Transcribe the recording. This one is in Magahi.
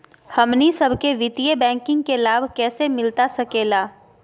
हमनी सबके वित्तीय बैंकिंग के लाभ कैसे मिलता सके ला?